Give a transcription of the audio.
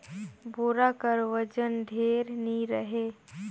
बोरा कर ओजन ढेर नी रहें